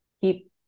keep